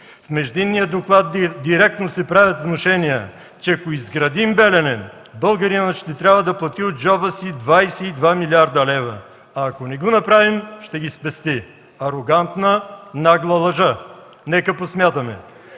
В междинния доклад директно се правят внушения, че ако изградим „Белене”, българинът ще трябва да плати от джоба си 22 млрд. лв., а ако не го направим – ще ги спести. Арогантна нагла лъжа! Нека посмятаме: